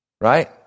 right